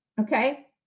okay